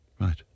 Right